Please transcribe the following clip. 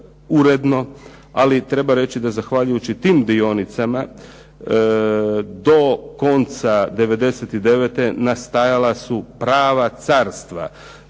ali treba reći da zahvaljujući tim dionicama do konca '99. nastajala su prava carstva.